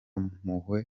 mpuhwe